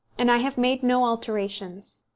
and i have made no alterations.